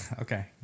okay